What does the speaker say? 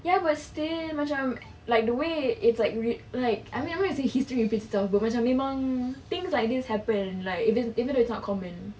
ya but still macam like the way it's like I mean I mean it's a history macam memang tings like this happen like even if it's not common